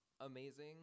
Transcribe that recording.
Amazing